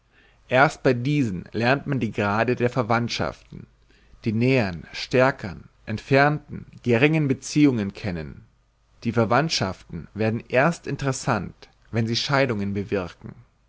erst bei diesen lernt man die grade der verwandtschaften die nähern stärkern entferntern geringern beziehungen kennen die verwandtschaften werden erst interessant wenn sie scheidungen bewirken